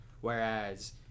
whereas